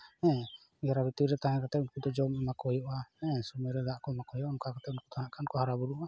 ᱜᱷᱮᱨᱟ ᱵᱷᱤᱛᱤᱨ ᱨᱮ ᱛᱟᱦᱮᱸ ᱠᱟᱛᱮ ᱩᱱᱠᱩ ᱫᱚ ᱡᱚᱢ ᱮᱢᱟᱠᱚ ᱦᱩᱭᱩᱜᱼᱟ ᱦᱮᱸ ᱥᱚᱢᱚᱭ ᱨᱮ ᱫᱟᱜ ᱠᱚ ᱮᱢᱟ ᱠᱚ ᱦᱩᱭᱩᱜᱼᱟ ᱚᱱᱠᱟ ᱠᱟᱛᱮ ᱩᱱᱠᱩ ᱫᱚ ᱦᱟᱸᱜ ᱠᱚ ᱦᱟᱨᱟ ᱵᱩᱨᱩᱜᱼᱟ